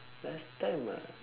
last time ah